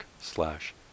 slash